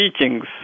teachings